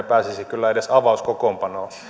pääsisi kyllä edes avauskokoonpanoon